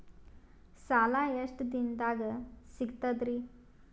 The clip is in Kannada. ಸಾಲಾ ಎಷ್ಟ ದಿಂನದಾಗ ಸಿಗ್ತದ್ರಿ?